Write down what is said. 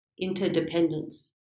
interdependence